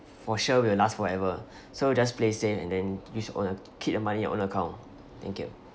for sure will last forever so just play safe and then use your own keep the money in your own account thank you